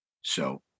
So-